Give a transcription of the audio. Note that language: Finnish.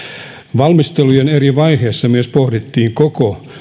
valmistelujen eri vaiheissa myös pohdittiin koko